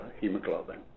hemoglobin